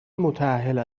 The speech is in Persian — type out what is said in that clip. متاهل